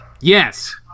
Yes